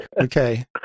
Okay